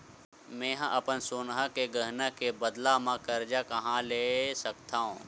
मेंहा अपन सोनहा के गहना के बदला मा कर्जा कहाँ ले सकथव?